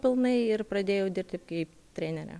pilnai ir pradėjau dirbti kaip trenerė